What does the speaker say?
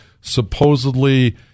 supposedly